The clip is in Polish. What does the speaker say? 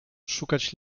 szukać